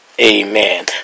Amen